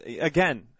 again